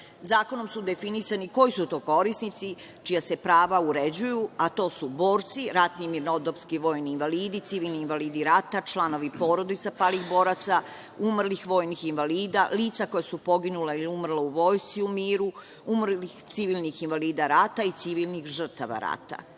zakona. Zakonom su definisani koji su to korisnici čija se prava uređuju, a to su borci, ratni mirnodopski vojni invalidi, civilni invalidi rata, članovi porodica palih boraca, umrlih vojnih invalida, lica koja su poginula ili umrla u vojsci i u miru, umrlih civilnih invalida rata i civilnih žrtava rata.